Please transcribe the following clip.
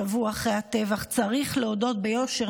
שבוע אחרי הטבח: צריך להודות ביושר,